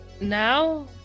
Now